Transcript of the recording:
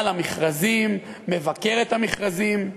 על המכרזים, לבקר את המכרזים?